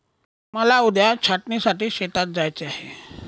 मला उद्या छाटणीसाठी शेतात जायचे आहे